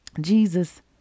Jesus